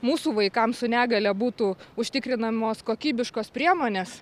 mūsų vaikam su negalia būtų užtikrinamos kokybiškos priemonės